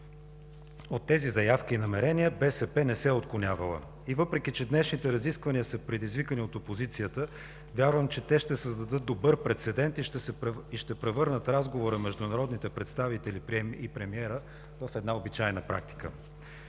От тези заявки и намерения БСП не се е отклонявала. Въпреки че днешните разисквания са предизвикани от опозицията, вярвам, че те ще създадат добър прецедент и ще превърнат разговора между народните представители и премиера в една обичайна практика.